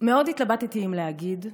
מאוד התלבטתי אם להגיד,